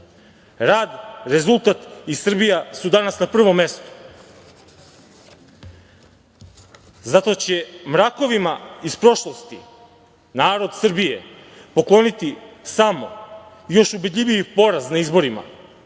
Rad, rezultat i Srbija su danas na prvom mestu. Zato će mrakovima iz prošlosti narod Srbije pokloniti samo još ubedljiviji poraz na izborima